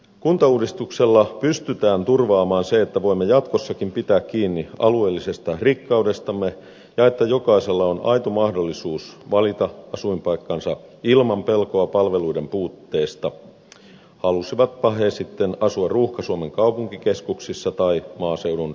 kuntauudistuksella pystytään turvaamaan se että voimme jatkossakin pitää kiinni alueellisesta rikkaudestamme ja että jokaisella on aito mahdollisuus valita asuinpaikkansa ilman pelkoa palveluiden puutteesta halusivatpa he sitten asua ruuhka suomen kaupunkikeskuksissa tai maaseudun rauhassa